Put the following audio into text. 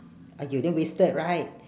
!aiyo! then wasted right